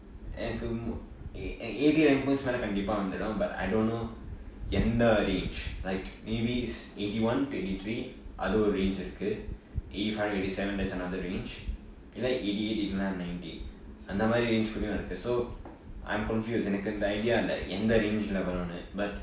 எனக்கு:enakku ei~ ei~ eighty rank points மேல கண்டிப்பா வந்துரும்:mela kandippaa vanthurum but I don't know எந்த:entha range like maybe is eighty one to eighty three அது ஒறு:athu oru range இருக்கு:irukku eighty five eighty seven that's another arrange இல்ல:illa eighty eight இல்லனா:illanaa ninety அந்த மாதிரி:antha maathiri range இருக்கு:iruku so I'm confused எனக்கு இந்த:enakku intha idea இல்ல எந்த:illa entha range வரும்னு:varumnu but